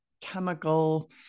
chemical